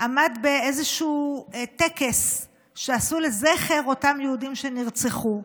עמד באיזשהו טקס שעשו לזכר אותם יהודים שנרצחו.